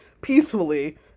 peacefully